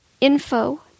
info